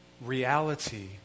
reality